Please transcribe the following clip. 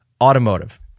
automotive